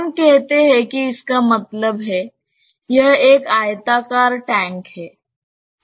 हम कहते हैं कि इसका मतलब है यह एक आयताकार टैंक है